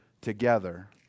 together